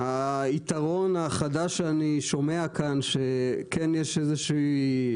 היתרון החדש שאני שומע כאן שכן יש איזושהי,